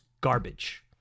garbage